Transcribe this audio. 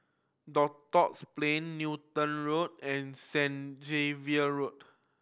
Duxton Plain Newton Road and St Xavier Road